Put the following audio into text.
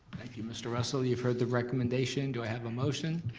thank you mr. russell, you've heard the recommendation. do i have a motion?